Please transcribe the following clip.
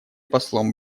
послом